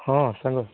ହଁ ସାଙ୍ଗ